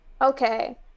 okay